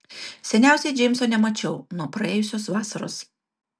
seniausiai džeimso nemačiau nuo praėjusios vasaros